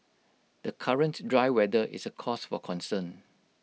the current dry weather is A cause for concern